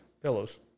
Pillows